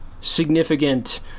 significant